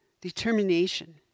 determination